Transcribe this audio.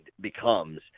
becomes